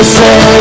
say